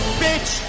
bitch